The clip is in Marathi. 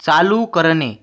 चालू करणे